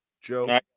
Joe